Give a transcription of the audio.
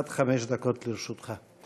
עד חמש דקות לרשותך.